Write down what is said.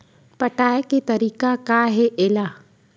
पटाय के तरीका का हे एला?